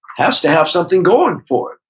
has to have something going for it,